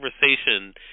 conversation